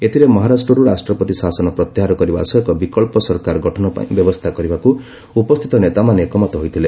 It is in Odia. ଏଥିରେ ମହାରାଷ୍ଟ୍ରରୁ ରାଷ୍ଟ୍ରପତି ଶାସନ ପ୍ରତ୍ୟାହାର କରିବା ସହ ଏକ ବିକ୍ସ ସରକାର ଗଠନ ପାଇଁ ବ୍ୟବସ୍ଥା କରିବାକୁ ଉପସ୍ଥିତ ନେତାମାନେ ଏକମତ ହୋଇଥିଲେ